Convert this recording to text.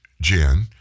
Jen